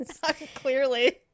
Clearly